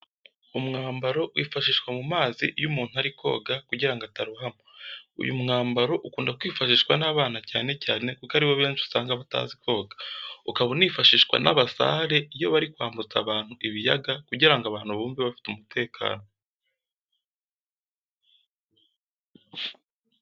Umwambaro wifashishwa mu mazi iyo umuntu ari koga kugira ngo atarohama. Uyu mwambaro ukunda kwifashishwa n'abana cyane cyane kuko aribo akenshi usanga batazi koga, ukaba unifashishwa n'abasare iyo bari kwambutsa abantu ibiyaga kugira ngo abantu bumve bafite umutekano.